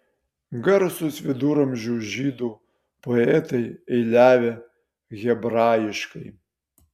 garsūs viduramžių žydų poetai eiliavę hebrajiškai